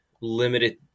limited